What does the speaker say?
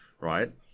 right